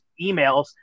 emails